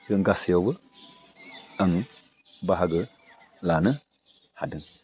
जों गासैयावबो आङो बाहागो लानो हादों